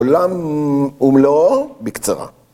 עולם ומלואו בקצרה